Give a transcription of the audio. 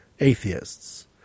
atheists